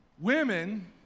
Women